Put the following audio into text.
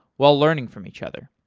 while learning from each other.